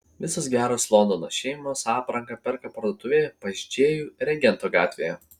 visos geros londono šeimos aprangą perka parduotuvėje pas džėjų regento gatvėje